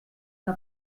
que